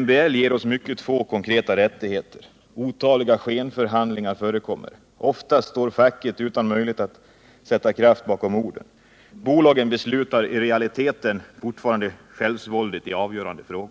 MBL ger oss mycket få konkreta rättigheter. Otaliga skenförhandlingar förekommer. Oftast står facket utan möjlighet att sätta kraft bakom orden. Bolagen beslutar i realiteten fortfarande självsvåldigt i avgörande frågor.